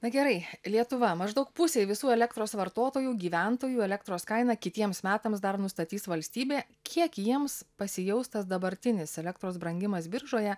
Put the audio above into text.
na gerai lietuva maždaug pusei visų elektros vartotojų gyventojų elektros kainą kitiems metams dar nustatys valstybė kiek jiems pasijaus tas dabartinis elektros brangimas biržoje